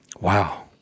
Wow